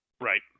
Right